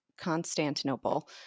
Constantinople